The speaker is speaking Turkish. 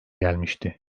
gelmişti